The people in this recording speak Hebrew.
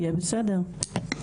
יהיה בסדר.